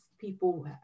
People